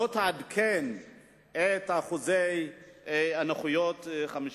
לא תעדכן את אחוזי הנכויות 50 שנה.